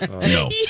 no